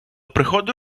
приходу